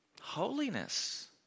Holiness